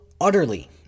utterly